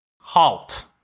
Halt